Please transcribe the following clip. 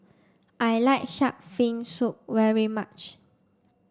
I like shark fin soup very much